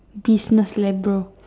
business leh bro